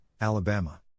Alabama